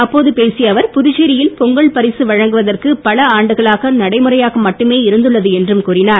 அப்போது பேசிய அவர் புதுச்சேரியில் பொங்கல் பரிசு வழங்குவது பல ஆண்டுகளாக நடைமுறையாக மட்டுமே இருந்துள்ளது என்று கூறினார்